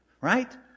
right